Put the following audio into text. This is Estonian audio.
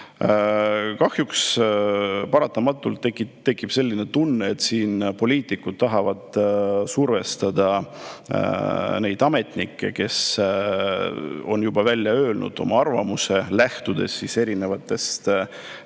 Kahjuks tekib paratamatult selline tunne, et siin poliitikud tahavad survestada neid ametnikke, kes on juba välja öelnud oma arvamuse, lähtudes erinevatest määrustest,